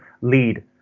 lead